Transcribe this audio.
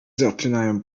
zaczynają